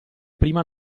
prima